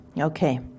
Okay